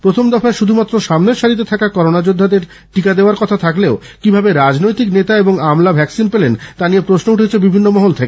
প্রথম দফায় শুধুমাত্র সামনের সারিতে থাকা করোনা যোদ্ধাদের টিকা দেওয়ার কথা থাকলেও কিভাবে রাজনৈতিক নেতা এবং আমলা ভ্যাকসিন পেলেন তা নিয়ে প্রশ্ন উঠেছে বিভিন্ন মহল থেকে